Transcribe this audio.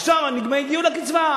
עכשיו הגיעו לקצבה,